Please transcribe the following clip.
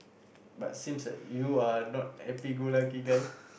but seems like you are not happy go lucky guy